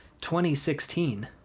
2016